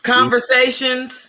Conversations